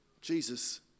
jesus